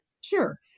Sure